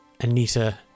Anita